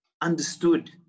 understood